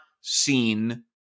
seen